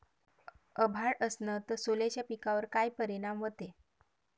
अभाळ असन तं सोल्याच्या पिकावर काय परिनाम व्हते?